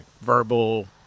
Verbal